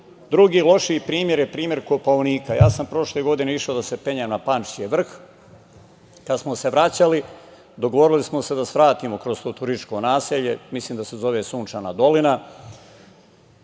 lošiji primer je primer Kopaonika. Prošle godine sam išao da se penjem na Pančićev vrh. Kada smo se vraćali dogovorili smo se da svratimo kroz to turističko naselje, mislim da se zove Sunčana dolina.